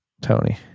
Tony